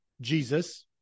Jesus